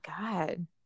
God